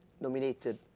nominated